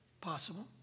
possible